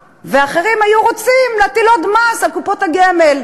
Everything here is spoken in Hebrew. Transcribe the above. ואחרים היו רוצים להטיל עוד מס על קופות הגמל,